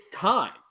time